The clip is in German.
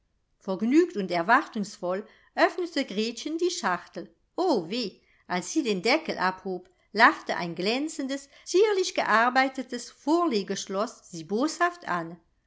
vergnügt und erwartungsvoll öffnete gretchen die schachtel o weh als sie den deckel abhob lachte ein glänzendes zierlich gearbeitetes vorlegeschloß sie boshaft an